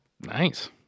Nice